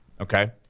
Okay